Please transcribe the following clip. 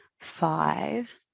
five